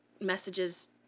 messages